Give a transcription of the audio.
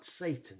Satan